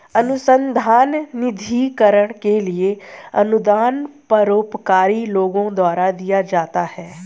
अनुसंधान निधिकरण के लिए अनुदान परोपकारी लोगों द्वारा दिया जाता है